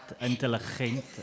intelligent